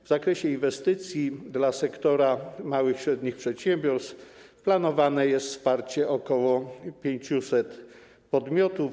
W zakresie inwestycji dla sektora małych i średnich przedsiębiorstw planowane jest wsparcie ok. 500 podmiotów.